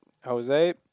Jose